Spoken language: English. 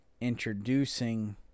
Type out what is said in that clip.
introducing